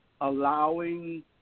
allowing